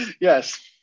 yes